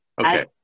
Okay